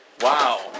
Wow